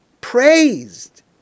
praised